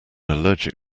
allergic